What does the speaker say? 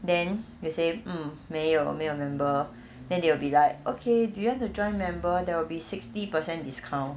then you say mm 没有没有 member then they will be like okay do you want to join member there will be sixty percent discount